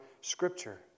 Scripture